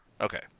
Okay